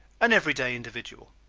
an everyday individual